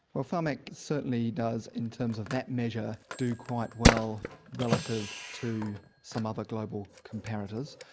ah pharmac certainly does in terms of that measure do quite well relative to some other global comparators,